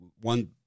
One